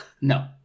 No